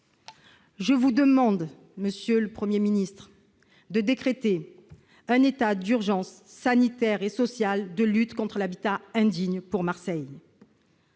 je vous demande, monsieur le Premier ministre, de décréter un état d'urgence sanitaire et sociale pour lutter contre l'habitat indigne en lançant